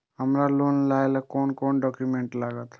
हमरा लोन लाइले कोन कोन डॉक्यूमेंट लागत?